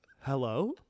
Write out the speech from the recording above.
Hello